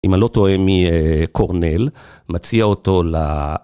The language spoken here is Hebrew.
אם אני לא טועה מקורנל מציע אותו ל...